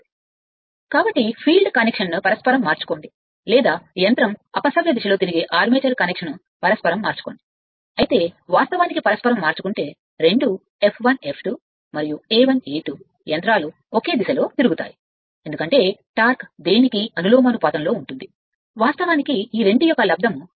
కాబట్టి అది గాని అంటే వాస్తవానికి ఫీల్డ్ కనెక్షన్ను పరస్పరం మార్చుకోండి లేదా యంత్రంఅపసవ్య దిశలో తిరిగే ఆర్మేచర్ కనెక్షన్ను పరస్పరం మార్చుకుంటుంది అయితే వాస్తవానికి పరస్పరం మార్చుకుంటే రెండూ ఎ F1 F2 మరియు A1 A2 యంత్రాలు ఒకే దిశలో తిరుగుతాయి ఎందుకంటే టార్క్ దేనికి అనులోమానుపాతంలో ఉంటుంది వాస్తవానికి ఈ రెంటి యొక్క లబ్దం ∅∅ కి